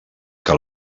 que